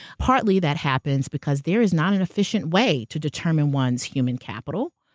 partly that happens, because there is not an efficient way to determine one's human capital.